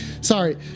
sorry